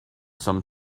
some